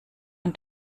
ein